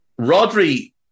Rodri